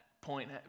Point